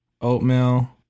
Oatmeal